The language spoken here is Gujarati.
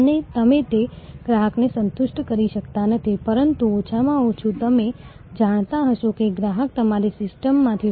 અને અમે ગ્રાહકો સાથે એક અલગ પ્રકારનો સંબંધ જોઈશું અને આ ક્ષણે હું નિષ્કર્ષ પર પહોંચું તે પહેલાં હું ફક્ત આની સૂચિ બનાવીશ